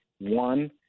one